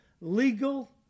legal